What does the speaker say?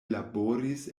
laboris